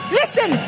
listen